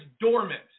dormant